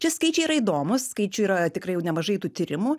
šie skaičiai yra įdomūs skaičių yra tikrai jau nemažai tų tyrimų